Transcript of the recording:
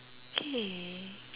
okay